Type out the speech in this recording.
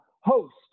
host